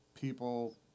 People